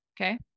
okay